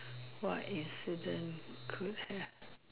what incident could have